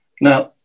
now